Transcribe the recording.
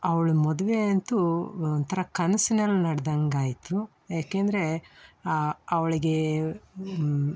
ಅವ್ಳ ಮದುವೆ ಅಂತೂ ಒಂಥರ ಕನ್ಸಿನಲ್ಲಿ ನಡೆದಂಗಾಯ್ತು ಏಕೆ ಅಂದರೆ ಅವಳಿಗೆ